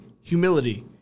humility